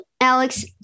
Alex